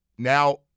now